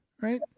right